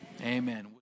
Amen